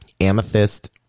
amethyst